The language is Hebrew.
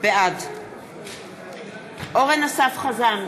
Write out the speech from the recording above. בעד אורן אסף חזן,